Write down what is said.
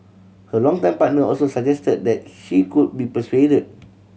her longtime partner also suggested that she could be persuaded